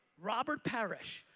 robert parish,